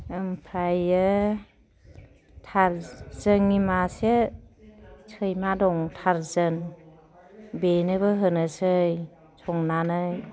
ओमफ्रायो टार जोंनि मासे सैमा दं टारजोन बेनोबो होनोसै संनानै